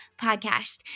podcast